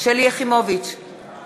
בעד